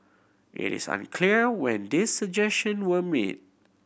it is unclear when these suggestion were made